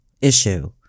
issue